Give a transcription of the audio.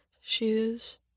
shoes